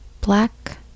Black